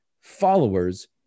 followers